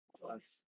plus